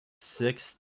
six